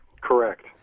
Correct